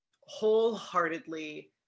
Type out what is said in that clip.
wholeheartedly